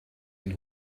into